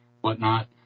whatnot